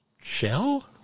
shell